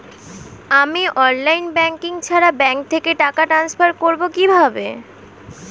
আমি online banking ছাড়া bank থেকে টাকা ট্রান্সফার করবো কিভাবে?